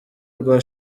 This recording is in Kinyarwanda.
rwa